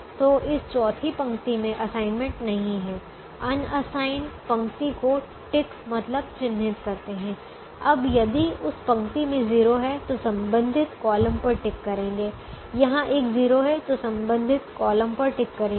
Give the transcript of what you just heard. तो इस चौथी पंक्ति में असाइनमेंट नहीं है अनअसाइन पंक्ति को टिक मतलब चिन्हित करते हैं अब यदि उस पंक्ति में 0 है तो संबंधित कॉलम पर टिक करेंगे यहां एक 0 है तो संबंधित कॉलम पर टिक करेंगे